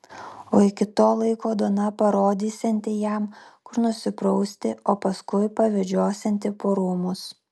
o iki to laiko dona parodysianti jam kur nusiprausti o paskui pavedžiosianti po rūmus